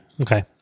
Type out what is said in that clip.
Okay